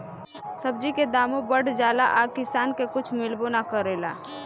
सब्जी के दामो बढ़ जाला आ किसान के कुछ मिलबो ना करेला